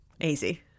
easy